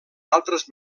altres